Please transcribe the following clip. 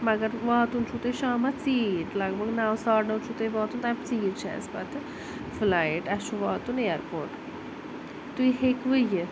مگر واتُن چھُو تۄہہِ شامَس ژیٖرۍ لَگ بھَگ نَو ساڑٕ نَو چھُو توہہِ واتُن تَمہِ ژیٖرۍ چھِ اسہِ پتہٕ فٕلایِٹ اسہِ چھُ واتُن اِیَرپورٹ تُہۍ ہیٚکوٕ یِتھ